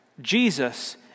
Jesus